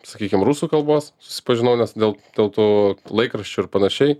sakykim rusų kalbos susipažinau nes dėl dėl tų laikraščių ir panašiai